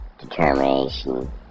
determination